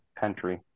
country